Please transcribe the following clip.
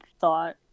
Thought